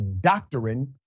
doctrine